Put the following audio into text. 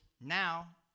now